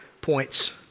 points